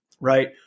Right